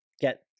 get